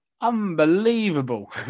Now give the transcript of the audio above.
unbelievable